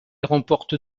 remporte